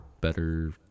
better